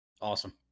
awesome